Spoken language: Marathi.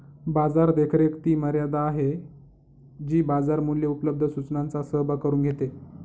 बाजार देखरेख ती मर्यादा आहे जी बाजार मूल्ये उपलब्ध सूचनांचा सहभाग करून घेते